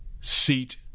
seat